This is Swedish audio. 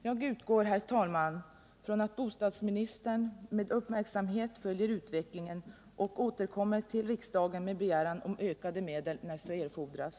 Jag utgår ifrån, herr talman, att bostadsministern med uppmärksamhet följer utvecklingen och återkommer till riksdagen med cen begäran om ökade medel när så erfordras.